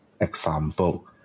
Example